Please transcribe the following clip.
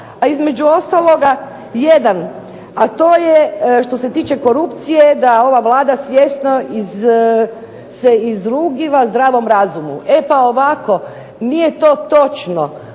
A između ostaloga jedan, a to je što se tiče korupcije da ova Vlada svjesno se izrugiva zdravom razumu. E pa ovako nije to točno